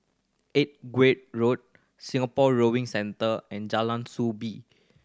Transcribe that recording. Edgeware Road Singapore Rowing Centre and Jalan Soo Bee